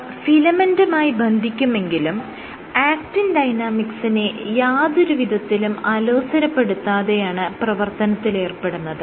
ഇവ ഫിലമെന്റുമായി ബന്ധിക്കുമെങ്കിലും ആക്റ്റിൻ ഡൈനാമിക്സിനെ യാതൊരു വിധത്തിലും അലോസരപ്പെടുത്താതെയാണ് പ്രവർത്തനത്തിലേർപ്പെടുന്നത്